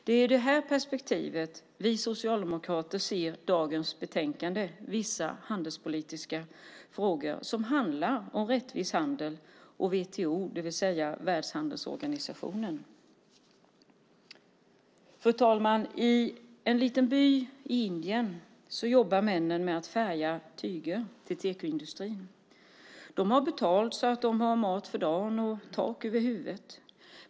Det är i det här perspektivet som vi socialdemokrater ser dagens betänkande Vissa handelspolitiska frågor , som handlar om rättvis handel och WTO, det vill säga världshandelsorganisationen. Fru talman! I en liten by i Indien jobbar männen med att färga tyger till tekoindustrin. De har betalt så att de har mat för dagen och tak över huvudet.